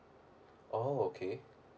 oh okay